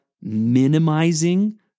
minimizing